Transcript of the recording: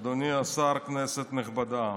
אדוני השר, כנסת נכבדה,